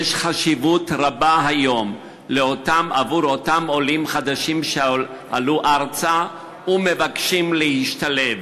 יש חשיבות רבה היום עבור אותם עולים חדשים שעלו ארצה ומבקשים להשתלב,